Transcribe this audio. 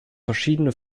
verschiedene